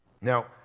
Now